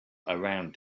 around